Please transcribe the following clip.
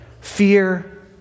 Fear